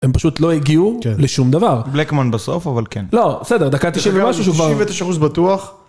הם פשוט לא הגיעו לשום דבר. Blackmon בסוף, אבל כן. לא, בסדר, דקה תשעים ומשהו שובר. תשאיר את השירוס בטוח.